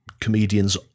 comedians